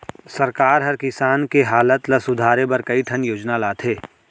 सरकार हर किसान मन के हालत ल सुधारे बर कई ठन योजना लाथे